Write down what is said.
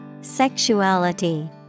Sexuality